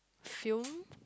fume